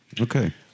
okay